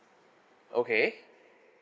okay